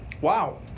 Wow